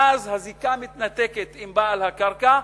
ואז הזיקה מתנתקת מבעל הקרקע,